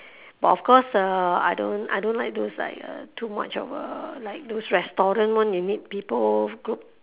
but of course uh I don't I don't like those like uh too much of uh like those restaurant [one] you need people group